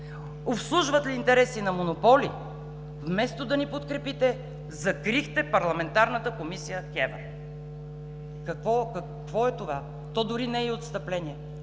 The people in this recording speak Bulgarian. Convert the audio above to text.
обслужват ли интереси на монополи? Вместо да ни подкрепите, закрихте парламентарната комисия КЕВР. Какво е това?! То дори не е и отстъпление.